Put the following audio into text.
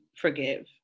forgive